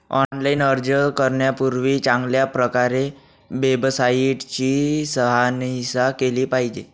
online अर्ज करण्यापूर्वी चांगल्या प्रकारे वेबसाईट ची शहानिशा केली पाहिजे